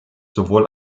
sowohl